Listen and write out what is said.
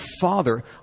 father